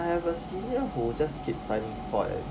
I have a senior who just keep finding fault eh